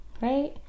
Right